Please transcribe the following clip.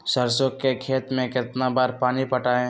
सरसों के खेत मे कितना बार पानी पटाये?